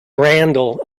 randall